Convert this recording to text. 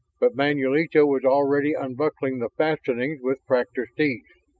but manulito was already unbuckling the fastenings with practiced ease.